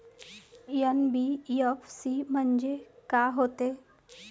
NBFC म्हणजे का होते?